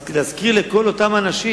אז להזכיר לכל אותם אנשים: